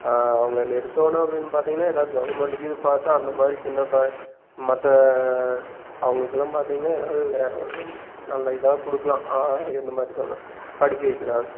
அவங்களை நிறுத்தன்னு அப்படின்னு பார்த்திங்கன்னா எதாவது கவுர்மெண்ட்டுக்கு இது பார்த்து அந்தமாதிரி சின்ன இப்போ மற்ற அவங்களுக்கெல்லாம் பார்த்திங்கன்னா எதாவது வேறு ஒரு நல்ல இதாக கொடுக்கலாம் எந்த மாதிரி சொல்லலாம் படிக்க வைக்கலாம்